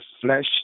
flesh